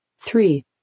Three